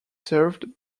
served